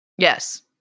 Yes